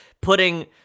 putting